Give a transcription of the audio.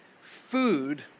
food